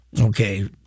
okay